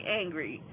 angry